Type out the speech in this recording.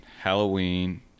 Halloween